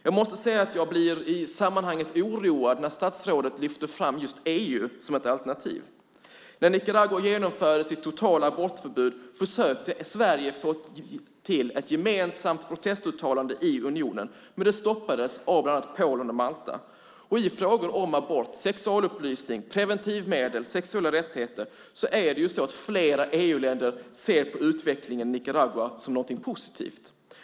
Jag måste säga att jag blir oroad när statsrådet lyfter fram just EU som ett alternativ. När Nicaragua genomförde sitt totala abortförbud försökte Sverige få till ett gemensamt protestuttalande i unionen, men det stoppades av bland annat Polen och Malta. I frågor om abort, sexualupplysning, preventivmedel och sexuella rättigheter är det ju så att flera EU-länder ser på utvecklingen i Nicaragua som något positivt.